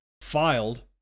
filed